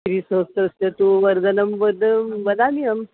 त्रिसहस्रस्य तु वर्धनं वर्धं वदामि अहं